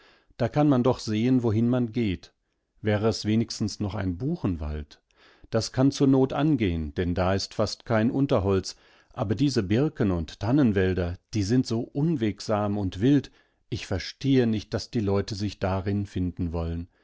da kann man doch sehen wohin man geht wäre es wenigstens noch ein buchenwald das kann zur not angehen denn da ist fast kein unterholz aber diese birken und tannenwälder die sind so unwegsam und wild ich verstehe nicht daß die leute sich darin finden wollen